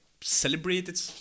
celebrated